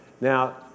Now